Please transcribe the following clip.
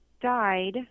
died